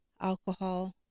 alcohol